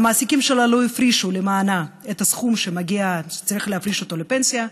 המעסיקים שלה לא הפרישו למענה את הסכום שצריך להפריש לפנסיה,